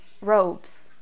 robes